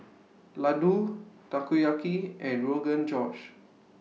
Ladoo Takoyaki and Rogan Josh